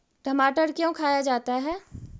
टमाटर क्यों खाया जाता है?